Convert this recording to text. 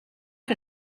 que